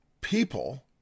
people